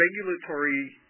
regulatory